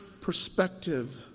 perspective